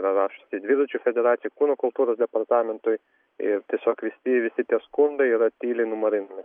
yra rašiusi dviračių federacijai kūno kultūros departamentui ir tiesiog visi visi tie skundai yra tyliai numarinami